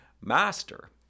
master